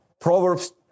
Proverbs